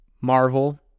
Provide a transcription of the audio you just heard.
Marvel